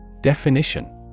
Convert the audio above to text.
Definition